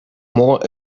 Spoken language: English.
more